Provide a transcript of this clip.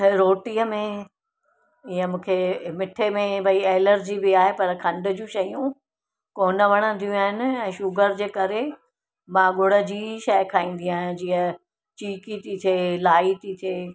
रोटीअ में ईअं मूंखे मीठे में भई एलर्जी बि आहे पर खंड जूं शयूं कोन वणंदियूं आहिनि ऐं शुगर जे करे मां गुड़ जी शइ खाईंदी आहियां जीअं चीकी थी थिए लाई थी थिए